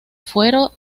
fuero